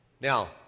now